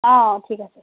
অঁ ঠিক আছে